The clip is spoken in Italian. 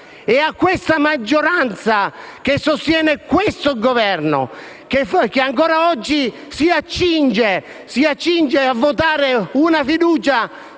A questa maggioranza, che sostiene il Governo, che anche oggi si accinge a votare una fiducia